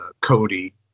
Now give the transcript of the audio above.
cody